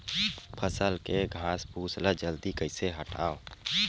फसल के घासफुस ल जल्दी कइसे हटाव?